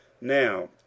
Now